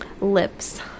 lips